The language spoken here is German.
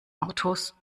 autos